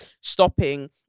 Stopping